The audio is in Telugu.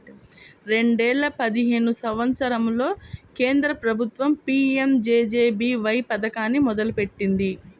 రెండేల పదిహేను సంవత్సరంలో కేంద్ర ప్రభుత్వం పీ.యం.జే.జే.బీ.వై పథకాన్ని మొదలుపెట్టింది